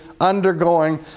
undergoing